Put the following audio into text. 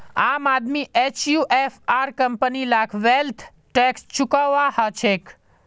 आम आदमी एचयूएफ आर कंपनी लाक वैल्थ टैक्स चुकौव्वा हछेक